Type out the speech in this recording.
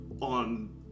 on